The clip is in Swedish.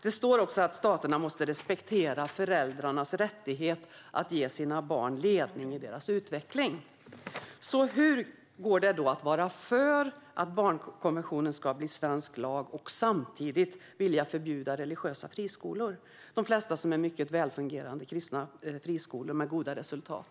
Det står också att staterna måste respektera föräldrarnas rättighet att ge sina barn ledning i deras utveckling. Hur kan man då vara för att barnkonventionen ska bli svensk lag och samtidigt vilja förbjuda religiösa friskolor? De flesta är väl fungerande kristna friskolor som visar goda resultat.